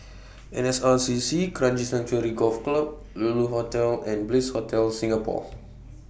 N S R C C Kranji Sanctuary Golf Club Lulu Hotel and Bliss Hotel Singapore